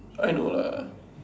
I know lah